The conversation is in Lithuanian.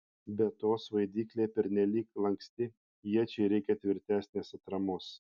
be to svaidyklė pernelyg lanksti iečiai reikia tvirtesnės atramos